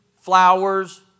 flowers